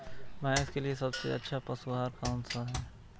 भैंस के लिए सबसे अच्छा पशु आहार कौन सा है?